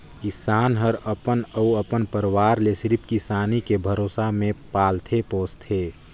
किसान हर अपन अउ अपन परवार ले सिरिफ किसानी के भरोसा मे पालथे पोसथे